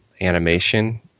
animation